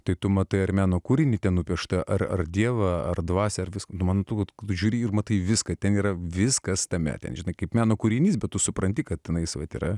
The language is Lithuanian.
tai tu matai ar meno kūrinį ten nupieštą ar ar dievą ar dvasią ar viską nu man tu žiūri ir matai viską ten yra viskas tame ten žinai kaip meno kūrinys bet tu supranti kad anais vat yra